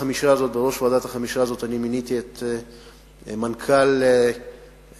לראש ועדת החמישה הזאת אני מיניתי את מנכ"ל מע"צ,